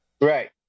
Right